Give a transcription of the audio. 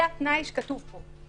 זה התנאי שכתוב פה.